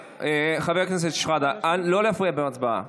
--- חבר הכנסת שחאדה, לא להפריע באמצע הצבעה.